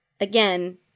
Again